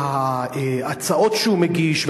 וההצעות שהוא מגיש,